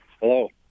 Hello